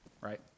right